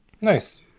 nice